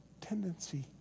tendency